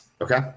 okay